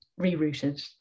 rerouted